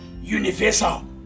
universal